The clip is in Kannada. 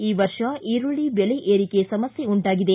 ಈ ವರ್ಷ ಈರುಳ್ಳ ಬೆಲೆ ಏರಿಕೆ ಸಮಸ್ಥೆ ಉಂಟಾಗಿದೆ